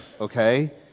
okay